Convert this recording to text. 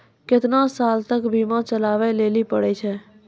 केतना साल तक बीमा चलाबै लेली पड़ै छै?